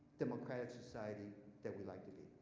democratic society that we'd like to be.